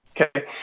Okay